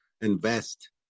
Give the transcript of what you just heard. invest